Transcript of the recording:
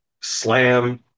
slam